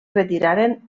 retiraren